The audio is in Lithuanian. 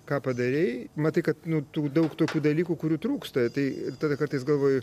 ką padarei matai kad nu tų daug tokių dalykų kurių trūksta tai tada kartais galvoji